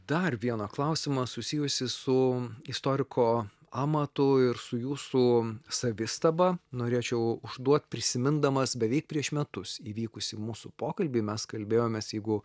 dar vieną klausimą susijusį su istoriko amatu ir su jūsų savistaba norėčiau užduot prisimindamas beveik prieš metus įvykusį mūsų pokalbį mes kalbėjomės jeigu